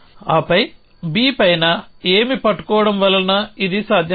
ఆపై B పైన B ఏమీ పట్టుకోవడం వలన ఇది సాధ్యం కాదు